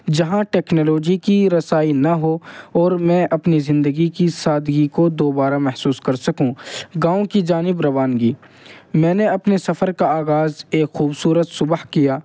جہاں ٹکنالوجی کی رسائی نہ ہو اور میں اپنی زندگی کی سادگی کو دوبارہ محسوس کر سکوں گاؤں کی جانب روانگی میں نے اپنے سفر کا آغاز ایک خوبصورت صبح کیا